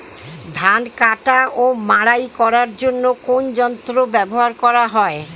ধান কাটা ও মাড়াই করার জন্য কোন যন্ত্র ব্যবহার করা হয়?